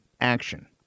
action